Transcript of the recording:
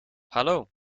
hallo